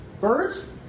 Birds